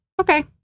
Okay